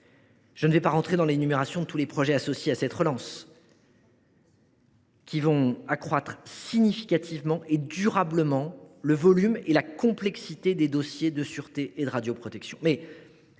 Je ne vais pas entrer dans l’énumération de tous les projets associés à cette relance, qui vont accroître significativement et durablement le volume et la complexité des dossiers de sûreté et de radioprotection.